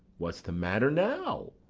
what's the matter now?